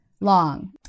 long